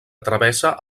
travessa